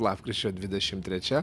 lapkričio dvidešim trečia